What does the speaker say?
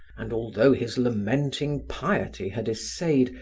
and although his lamenting piety had essayed,